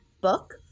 book